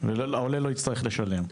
והעולה לא יצטרך לשלם.